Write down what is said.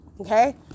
Okay